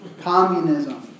communism